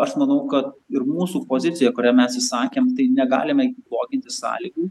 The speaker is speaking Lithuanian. aš manau kad ir mūsų pozicija kurią mes išsakėm tai negalime bloginti sąlygų